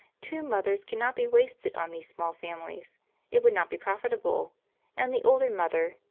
two mothers cannot be wasted on these small families it would not be profitable and the older mother,